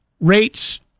rates